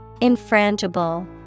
Infrangible